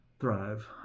thrive